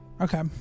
okay